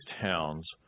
towns